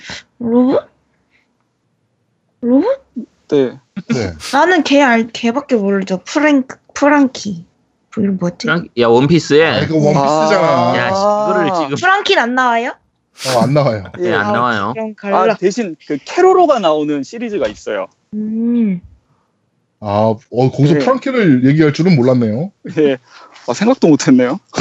로봇? 로봇? 네. 네. 나는 걔 알- 걔밖에 모르죠. 프랭크- 프랑키. 그 이름 뭐지? 프랑키? 야, 원피스에. 아, 이거 아. 원피스잖아. 야, 씨, 아. 이거를 지금- 프랑키는 안 나와요? 어, 안 나와요. 네. 예, 안 아, 나와요. 그럼 갈라. 아, 대신 그 캐로로가 나오는 시리즈가 있어요. 음. 아, 어, 거기서 네. 프랑키를 얘기할 줄은 몰랐네요. 예. 아, 생각도 못 했네요.